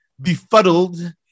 befuddled